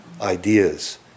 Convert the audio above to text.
ideas